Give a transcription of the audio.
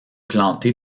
planté